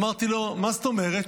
אמרתי לו, מה זאת אומרת?